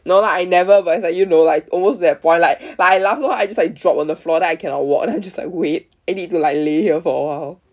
no lah I never but it's like you know like almost to that point like like I laugh so hard I just like drop on the floor then I cannot walk then I'm just like wait I need to like lay here for a while